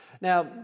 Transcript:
Now